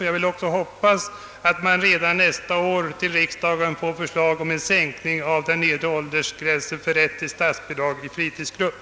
Jag vill också hoppas att riksdagen redan nästa år får förslag om en sänkning av den nedre åldersgränsen för rätt till statsbidrag i fritidsgrupp.